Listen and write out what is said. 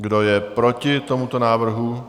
Kdo je proti tomuto návrhu?